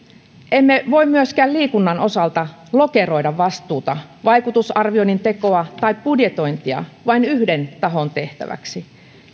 emme voi myöskään liikunnan osalta lokeroida vastuuta vaikutusarvioinnin tekoa tai budjetointia vain yhden tahon tehtäväksi